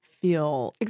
feel